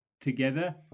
together